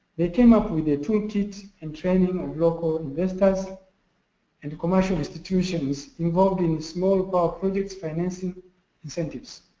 they came up with a tool kit and training of local investors and commercial institutions involved in small power projects financing incentives.